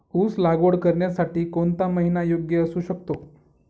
ऊस लागवड करण्यासाठी कोणता महिना योग्य असू शकतो?